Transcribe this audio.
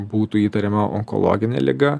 būtų įtariama onkologinė liga